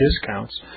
discounts